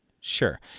Sure